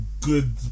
good